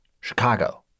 Chicago